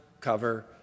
cover